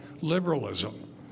liberalism